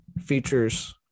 features